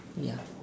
ya